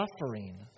suffering